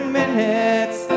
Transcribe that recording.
minutes